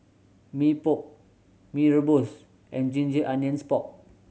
Mee Pok Mee Rebus and ginger onions pork